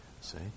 See